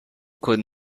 could